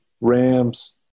Rams